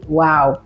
wow